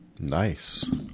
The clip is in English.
Nice